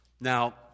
Now